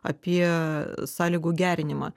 apie sąlygų gerinimą